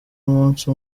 umunsi